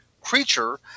creature